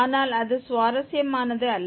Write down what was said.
ஆனால் அது சுவாரஸ்யமானது அல்ல